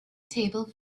table